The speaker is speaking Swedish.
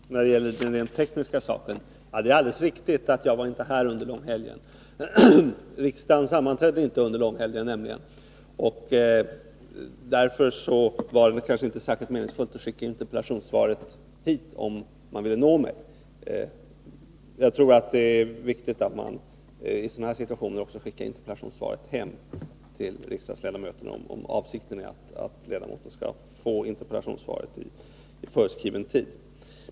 Herr talman! När det gäller den rent tekniska saken är det alldeles riktigt att jag inte var här under långhelgen. Riksdagen sammanträdde nämligen inte under långhelgen. Därför var det kanske inte särskilt meningsfullt att skicka interpellationssvaret hit, om man ville nå mig. Jag tror att det är viktigt att man i sådana här situationer också skickar interpellationssvaret hem till riksdagsledamoten, om avsikten är att ledamoten skall få interpellationssvaret inom föreskriven tid.